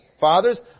fathers